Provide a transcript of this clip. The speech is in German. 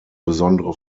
besondere